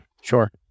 Sure